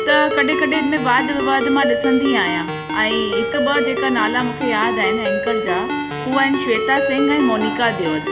त कॾहिं कॾहिं हिन में वाद विवाद मां ॾिसंदी आहियां ऐं हिकु ॿ जेका नाला मूंखे याद आहिनि ऐंकर जा हू आहिनि श्वेता सिंग ऐं मोनिका देयोल